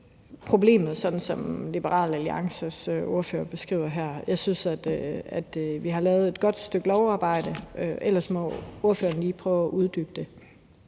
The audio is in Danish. problemet, sådan som Liberal Alliances ordfører beskriver det her. Jeg synes, at vi har lavet et godt stykke lovarbejde. Ellers må ordføreren lige prøve at uddybe det.